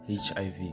HIV